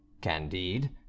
Candide